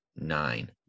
nine